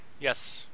yes